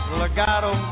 legato